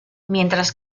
mientras